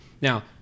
now